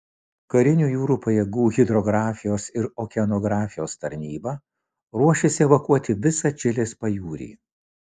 karinių jūrų pajėgų hidrografijos ir okeanografijos tarnyba ruošiasi evakuoti visą čilės pajūrį